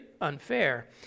unfair